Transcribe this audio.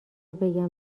بگم